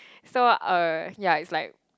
so uh yeah it's like